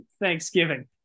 Thanksgiving